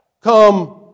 come